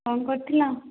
କ'ଣ କରୁଥିଲ